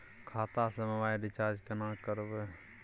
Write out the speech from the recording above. खाता स mobile recharge केना करबे?